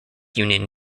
union